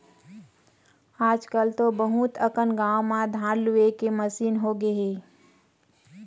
आजकल तो बहुत अकन गाँव म धान लूए के मसीन होगे हे